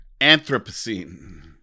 Anthropocene